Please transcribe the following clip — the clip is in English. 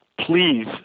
please